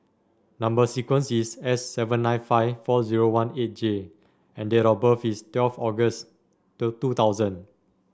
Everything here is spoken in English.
number sequence is S seven nine five four zero one eight J and date of birth is twelve August the two thousand